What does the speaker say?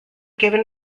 given